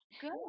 Good